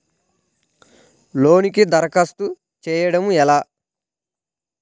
లోనుకి దరఖాస్తు చేయడము ఎలా?